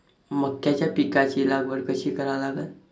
मक्याच्या पिकाची लागवड कशी करा लागन?